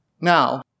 Now